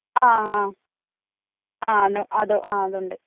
ആ ആ അത് അതുണ്ട്